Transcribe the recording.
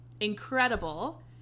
incredible